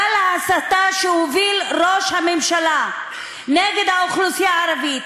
גל ההסתה שהוביל ראש הממשלה נגד האוכלוסייה הערבית,